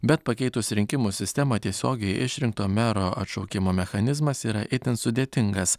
bet pakeitus rinkimų sistemą tiesiogiai išrinkto mero atšaukimo mechanizmas yra itin sudėtingas